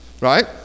right